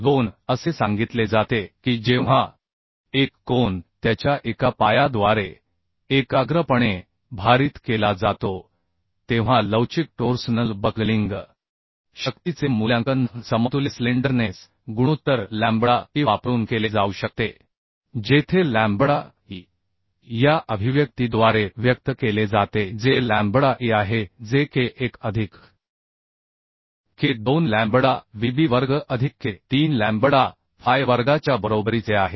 2 असे सांगितले जाते की जेव्हा एक कोन त्याच्या एका पायाद्वारे एकाग्रपणे भारित केला जातो तेव्हा लवचिक टोर्सनल बकलिंग शक्तीचे मूल्यांकन समतुल्य स्लेंडरनेस गुणोत्तर लॅम्बडा ई वापरून केले जाऊ शकते जेथे लॅम्बडा ई या अभिव्यक्तीद्वारे व्यक्त केले जाते जे लॅम्बडा e आहे जे K 1 अधिक K 2 लॅम्बडा Vb वर्ग अधिक K3 लॅम्बडा फाय वर्गाच्या बरोबरीचे आहे